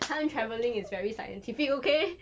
time travelling is very scientific okay